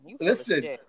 listen